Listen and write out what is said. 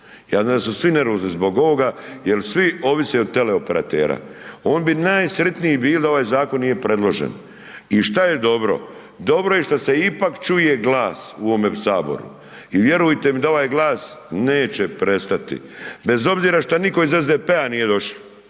znam da su svi nervozni zbog ovoga jer svi ovise od teleoperatera. On bi najsretniji bili da ovaj zakon nije predložen. I što je dobro? Dobro je što se ipak čuje glas u ovome Saboru i vjerujte da ovaj glas neće prestati. Bez obzira što nitko iz SDP-a nije došao,